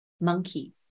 Monkey